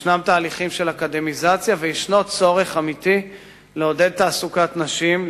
ישנם תהליכים של אקדמיזציה וישנו צורך אמיתי לעודד תעסוקת נשים,